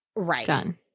Right